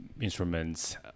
instruments